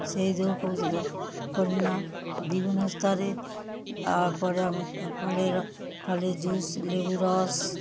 সেই দৌড় প্রতিযোগিতায় করি না বিভিন্ন স্তরে পরে আমি ফলের রস ফলের জুস লেবুর রস